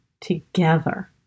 together